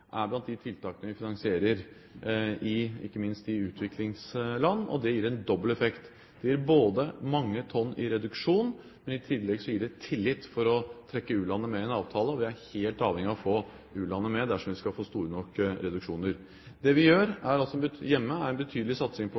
er bl.a. de tiltakene vi finansierer ikke minst i utviklingsland, og det gir en dobbel effekt. Det gir mange tonn i reduksjon, og i tillegg gir det tillit med hensyn til å trekke u-landene med i en avtale, og vi er helt avhengig av å få u-landene med dersom vi skal få store nok reduksjoner. Det vi gjør hjemme, er en betydelig satsing på kollektivtransport, en betydelig satsing på